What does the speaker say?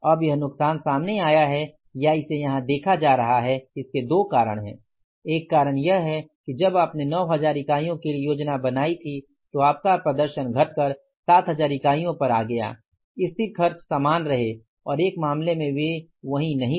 अब यह नुकसान सामने आया है या इसे यहां देखा जा रहा है कि इसके दो कारण हैं एक कारण यह है कि जब आपने 9000 इकाइयों के लिए योजना बनाई थी तो आपका प्रदर्शन घटकर 7000 इकाइयों पर आ गया स्थिर खर्च समान रहे और एक मामले में वे वही नहीं रहे